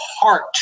heart